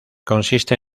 consiste